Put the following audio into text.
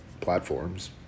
platforms